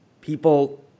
people